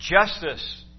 justice